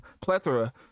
plethora